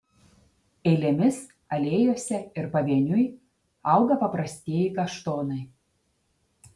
eilėmis alėjose ir pavieniui auga paprastieji kaštonai